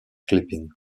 clipping